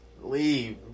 leave